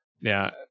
Now